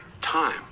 time